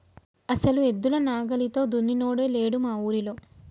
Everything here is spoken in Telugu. అసలు ఎద్దుల నాగలితో దున్నినోడే లేడు మా ఊరిలో